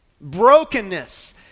Brokenness